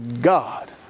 God